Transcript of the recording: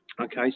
Okay